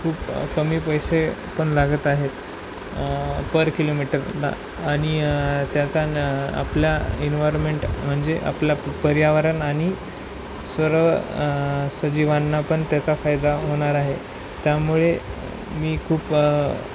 खूप कमी पैसे पण लागत आहेत पर किलोमीटरला आणि त्याचा आपल्या इन्वयरमेंट म्हणजे आपला पर्यावरण आणि सर्व सजीवांना पण त्याचा फायदा होणार आहे त्यामुळे मी खूप